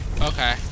Okay